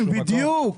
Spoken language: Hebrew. כן, בדיוק.